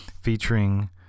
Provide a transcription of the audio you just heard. featuring